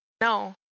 no